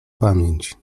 pamięć